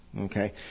Okay